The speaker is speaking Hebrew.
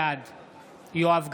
בעד יואב גלנט,